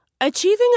Achieving